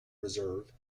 reserve